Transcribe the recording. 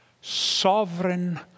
Sovereign